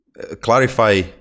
clarify